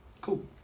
Cool